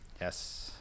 Yes